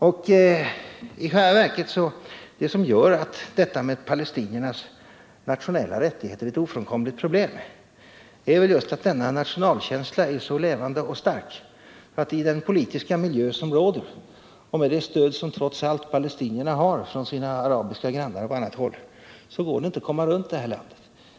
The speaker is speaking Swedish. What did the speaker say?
Det som i själva verket gör att detta med palestiniernas nationella rättigheter är ett ofrånkomligt problem, är just att denna nationalkänsla är så levande och stark att iden politiska miljö som råder och med det stöd som trots allt palestinierna har från sina arabiska grannar och på annat håll går det inte att komma runt detta problem.